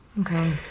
okay